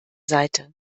seite